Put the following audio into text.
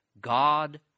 God